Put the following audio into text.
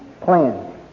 plan